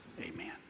Amen